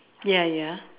ya ya